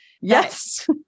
Yes